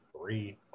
three